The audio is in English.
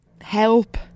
help